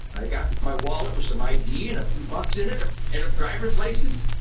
and i got my wallet with some id and a few bucks in it and a driver's license.